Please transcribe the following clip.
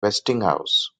westinghouse